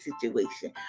situation